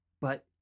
But-